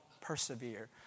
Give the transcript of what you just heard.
persevere